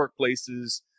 workplaces